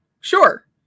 sure